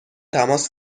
تماس